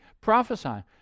prophesying